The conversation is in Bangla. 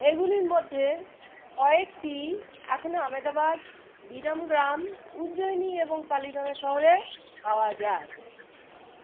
এগুলির মধ্যে কয়েকটি এখনও আমেদাবাদ বিরামগ্রাম উজ্জয়নিী এবং পালিতানা শহরে পাওয়া যায়